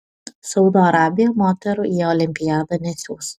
saudo arabija moterų į olimpiadą nesiųs